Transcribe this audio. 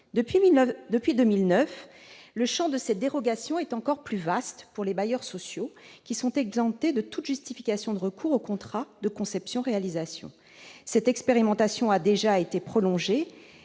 Depuis 2009, le champ de cette dérogation est encore plus vaste pour les bailleurs sociaux, qui sont exemptés de toute justification de recours aux contrats de conception-réalisation. Cette expérimentation a déjà été prolongée